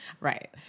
Right